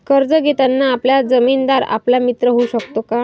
कर्ज घेताना आपला जामीनदार आपला मित्र होऊ शकतो का?